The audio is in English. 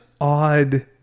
odd